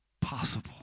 possible